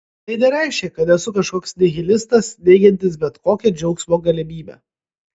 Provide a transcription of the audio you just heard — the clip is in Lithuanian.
tai nereiškia kad esu kažkoks nihilistas neigiantis bet kokią džiaugsmo galimybę